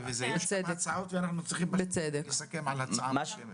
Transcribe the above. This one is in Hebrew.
יש הצעות ואנחנו צריכים לסכם על הצעה מוסכמת.